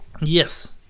Yes